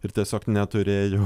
ir tiesiog neturėjau